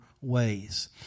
ways